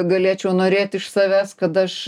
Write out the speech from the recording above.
galėčiau norėt iš savęs kad aš